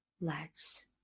legs